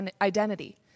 identity